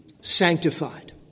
sanctified